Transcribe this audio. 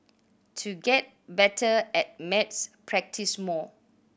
to get better at maths practise more